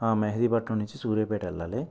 ఆ మెహిదీపట్నం నుంచి సూర్యాపేట వెళ్ళాలి